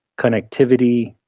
connectivity,